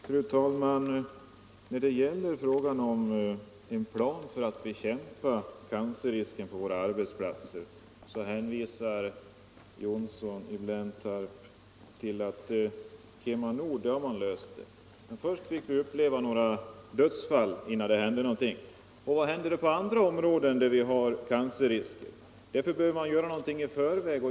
Fru talman! När det gäller frågan om en plan för att bekämpa cancerrisken på våra arbetsplatser hänvisar herr Johnsson i Blentarp till att man på KemaNord har löst det problemet. Men först fick vi uppleva några dödsfall innan det hände någonting. Och vad har skett på andra områden där det förekommer cancerrisker? Vi behöver ju göra någonting i förväg.